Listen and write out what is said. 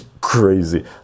crazy